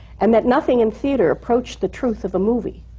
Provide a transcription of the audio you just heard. and that nothing in theatre approached the truth of the movie.